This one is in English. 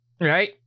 right